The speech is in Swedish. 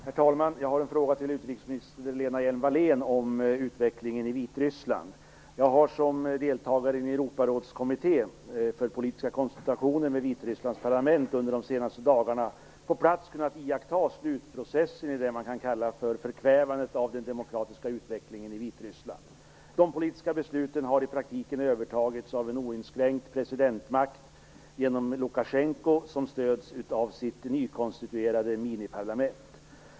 Herr talman! Jag har en fråga till utrikesminister Som deltagare i en europarådskommitté för politiska konsultationer med Vitrysslands parlament har jag på plats under de senaste dagarna kunnat iaktta slutprocessen i vad man kan kalla förkvävandet av den demokratiska utvecklingen i Vitryssland. Det politiska beslutsfattandet har i praktiken övertagits av en oinskränkt presidentmakt genom Lukasjenka som stöds av sitt nykonstituerade miniparlament.